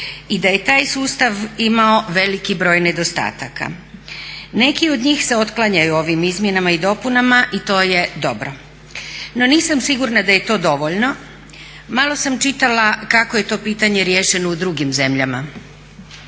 i da je taj sustav imao veliki broj nedostataka. Neki od njih se otklanjaju ovim izmjenama i dopunama i to je dobro. No, nisam sigurna da je to dovoljno. Malo sam čitala kako je to pitanje riješeno u drugim zemljama.